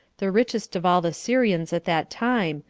the richest of all the syrians at that time,